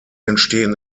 entstehen